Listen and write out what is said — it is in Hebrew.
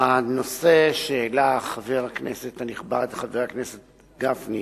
הנושא שהעלה חבר הכנסת הנכבד, חבר הכנסת גפני,